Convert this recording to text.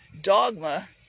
dogma